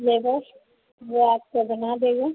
labour वह आपका बना देगा